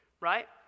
right